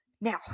Now